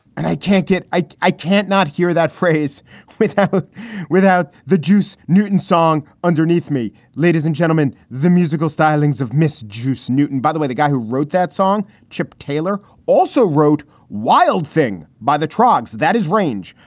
and i can't get i i can't not hear that phrase with or without the juice newton song underneath me. ladies and gentlemen, the musical stylings of miss joose newton. by the way, the guy who wrote that song, chip taylor, also wrote. wild thing by the troggs. that is range,